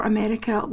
America